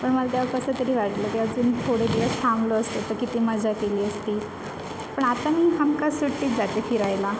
पण मला तेव्हा कसंतरी वाटलं की अजून थोडे दिवस थांबलो असतो तर किती मजा केली असती पण आता मी हमखास सुट्टीत जाते फिरायला